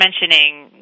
mentioning